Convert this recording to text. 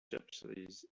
gypsies